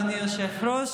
אדוני היושב-ראש,